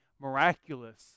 miraculous